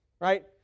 right